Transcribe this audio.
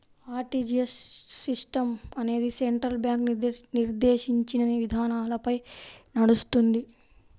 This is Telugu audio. ఆర్టీజీయస్ సిస్టం అనేది సెంట్రల్ బ్యాంకు నిర్దేశించిన విధానాలపై నడుస్తుంది